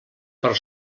per